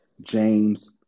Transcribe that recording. James